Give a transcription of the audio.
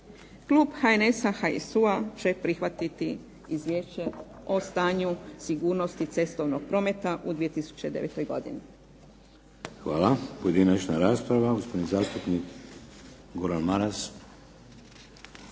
Klub HNS-a, HSU-a će prihvatiti Izvješće o stanju sigurnosti cestovnog prometa u 2009. godini.